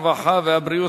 הרווחה והבריאות,